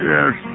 Yes